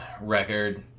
record